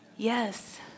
Yes